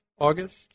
August